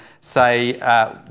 say